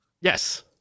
Yes